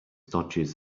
dodges